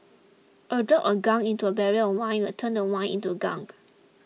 a drop of gunk into a barrel of wine will turn the wine into gunk